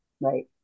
Right